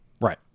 Right